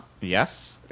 Yes